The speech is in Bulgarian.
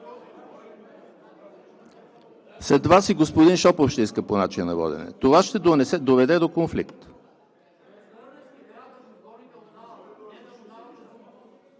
След Вас и господин Шопов ще иска по начина на водене. Това ще доведе до конфликт.